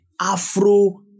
Afro